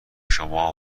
شما